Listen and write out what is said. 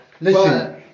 Listen